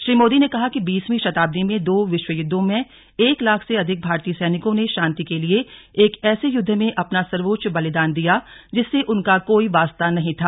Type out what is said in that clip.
श्री मोदी ने कहा कि बीसवीं शताब्दी में दो विश्वं युद्धों में एक लाख से अधिक भारतीय सैनिकों ने शांति के लिए एक ऐसे युद्ध में अपना सर्वोच्च बलिदान दिया जिससे उनका कोई वास्ता नहीं था